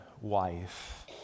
wife